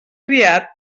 criat